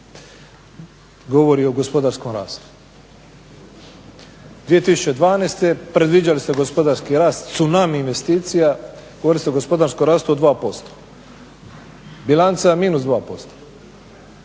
govori o gospodarskom rastu. 2012.predviđali ste gospodarski rast zunami investicija, govorili ste o gospodarskom rastu od 2%, bilanca minus 2%.